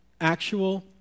Actual